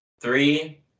Three